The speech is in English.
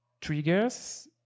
triggers